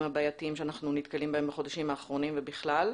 הבעייתיים בהם אנחנו נתקלים בחודשים האחרונים ובכלל.